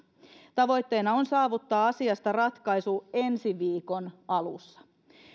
tavoitteena on saavuttaa asiasta ratkaisu ensi viikon alussa